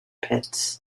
pit